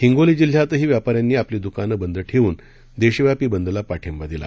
हिंगोली जिल्ह्यातही व्यापाऱ्यांनी आपली दुकानं बंद ठेवून देशव्यापी बंदला पाठिंबा दिला